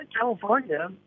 California